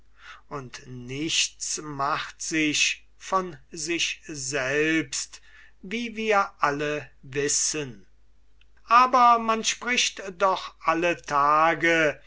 und nichts macht sich von sich selbst wie wir alle wissen aber man spricht doch alle tage